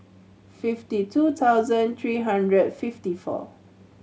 fifty two thousand three hundred and fifty four